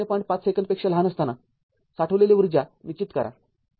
५ सेकंद पेक्षा लहान असताना साठविलेली ऊर्जा निश्चित करा